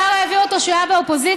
סער העביר אותו כשהוא היה באופוזיציה,